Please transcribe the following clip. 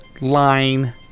line